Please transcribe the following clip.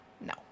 No